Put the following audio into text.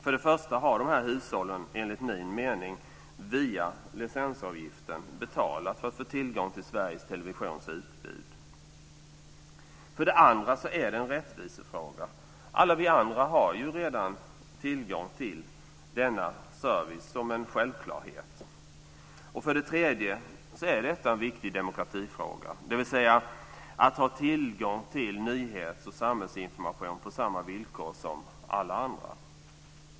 För det första har de här hushållen, enligt min mening, via licensavgiften betalat för att få tillgång till Sveriges Televisions utbud. För det andra är det en rättvisefråga. Alla vi andra har ju redan tillgång till denna service som en självklarhet. För det tredje är detta en viktig demokratifråga, dvs. att man har tillgång till nyhets och samhällsinformation på samma villkor som alla andra.